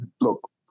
Look